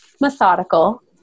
methodical